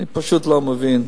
אני פשוט לא מבין.